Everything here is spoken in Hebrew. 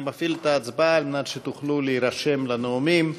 אני מפעיל את ההצבעה כדי שתוכלו להירשם לנאומים.